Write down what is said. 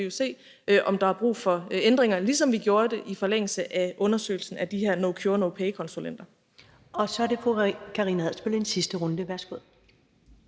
kan vi jo se, om der er brug for ændringer, ligesom vi gjorde det i forlængelse af undersøgelsen af de her no-cure-no-pay-konsulenter.